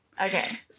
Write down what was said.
okay